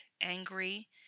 angry